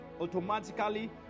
automatically